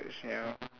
that sia